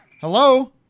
Hello